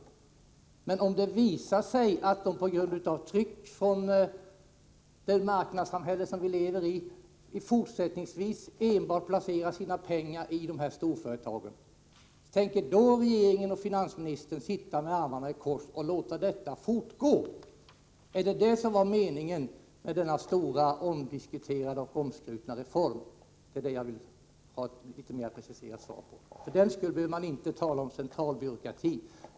Men vad gör regeringen om det visar sig att fonderna, på grund av ett tryck från det marknadssamhälle som vi lever i, fortsättningsvis bara placerar sina pengar i storföretagen? Tänker regeringen och finansministern då sitta med armarna i kors och låta detta fortgå? Var det meningen med den stora, omdiskuterade och omskrutna löntagarfondsreformen? Det vill jag ha ett mer preciserat svar på. För den skull behöver man inte tala om centralbyråkrati.